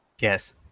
Yes